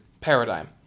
Paradigm